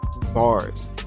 bars